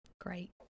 Great